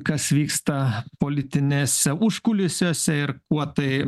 kas vyksta politinėse užkulisiuose ir kuo tai